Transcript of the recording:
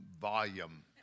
volume